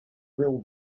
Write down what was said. grille